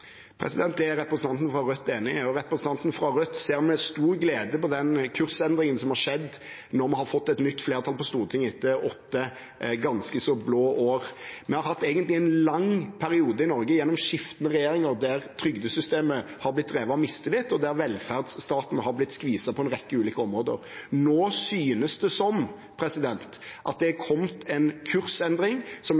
er representanten fra Rødt enig i. Og representanten fra Rødt ser med stor glede på kursendringen som har skjedd når vi har fått et nytt flertall på Stortinget etter åtte ganske så blå år. Vi har egentlig hatt en lang periode i Norge – gjennom skiftende regjeringer – der trygdesystemet er blitt drevet av mistillit, og der velferdsstaten er blitt skviset på en rekke ulike områder. Nå synes det som om det er